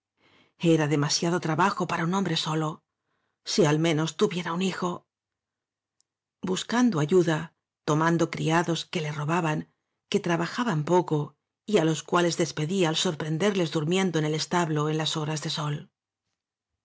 era demasiado trabajo para un hombre solo si al menos tuviera un hijo buscando ayuda tomaba criados que le robaban que trabajaban poco y á los cuales despedía al sor prenderles durmiendo en el establo en las horas de sol